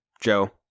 Joe